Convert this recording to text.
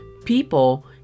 people